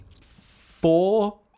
four